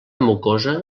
mucosa